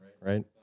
Right